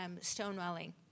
stonewalling